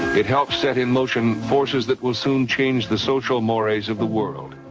it helps set in motion forces that will soon change the social mores of the world.